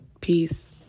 Peace